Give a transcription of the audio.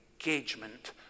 engagement